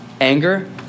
anger